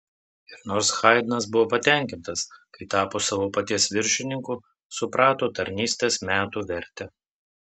ir nors haidnas buvo patenkintas kai tapo savo paties viršininku suprato tarnystės metų vertę